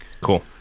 Cool